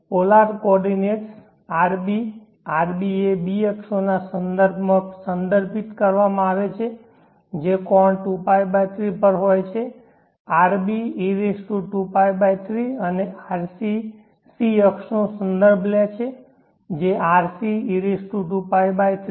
polar coordinates rb rb એ b અક્ષોના સંદર્ભમાં સંદર્ભિત કરવામાં આવે છે જે કોણ 2π 3 પર હોય છે rbe2π 3 અને rc C અક્ષનો સંદર્ભ લે છે જે rce2π3